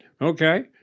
Okay